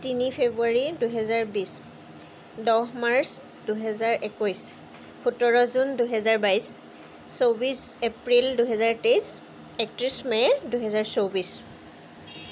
তিনি ফেব্ৰুৱাৰী দুহেজাৰ বিশ দহ মাৰ্চ দুহেজাৰ একৈছ সোতৰ জুন দুহেজাৰ বাইছ চৌবিছ এপ্ৰিল দুহেজাৰ তেইছ একত্ৰিছ মে' দুহেজাৰ চৌব্বিছ